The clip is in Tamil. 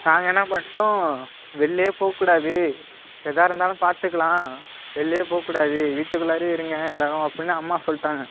நாங்கள் என்ன பண்ணிட்டோம் வெளியில் போக கூடாது எதாக இருந்தாலும் பார்த்துக்கலாம் வெளியில் போக கூடாது வீட்டுக்குள்ளாறயே இருங்க எல்லாரும் அப்புடின்னு அம்மா சொல்லிட்டாங்க